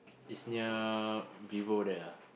it's near Vivo there ah